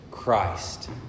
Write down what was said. Christ